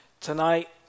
tonight